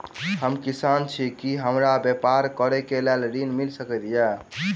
हम किसान छी की हमरा ब्यपार करऽ केँ लेल ऋण मिल सकैत ये?